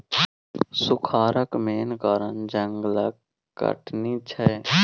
सुखारक मेन कारण जंगलक कटनी छै